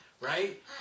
right